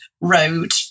road